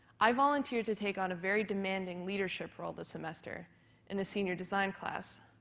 i volunteer to take on a very demanding leadership role this semester in a senior design class.